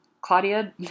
Claudia